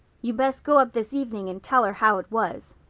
you'd best go up this evening and tell her how it was.